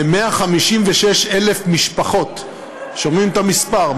ל-156,000 משפחות, שומעים את המספר?